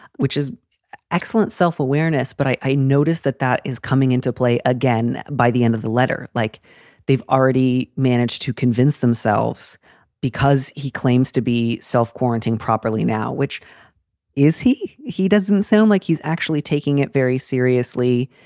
which is excellent self-awareness, but i notice that that is coming into play again. by the end of the letter, like they've already managed to convince themselves because he claims to be self-quarantine properly now, which is he? he doesn't sound like he's actually taking it very seriously.